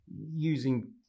using